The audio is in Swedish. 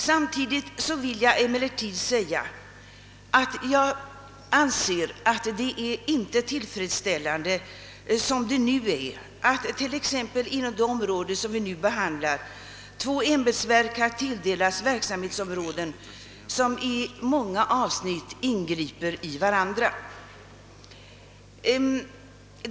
Samtidigt anser jag emellertid att det inte är tillfredsställande som det nu är att två ämbetsverk har tilldelats verksamhetsområden som i många avsnitt ingriper i varandra.